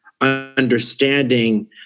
understanding